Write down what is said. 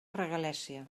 regalèssia